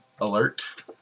alert